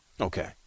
Okay